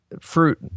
fruit